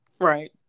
Right